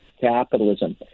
Capitalism